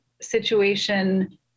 situation